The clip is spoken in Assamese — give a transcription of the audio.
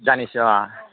জানিছোঁ অঁ